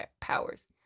powers